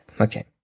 Okay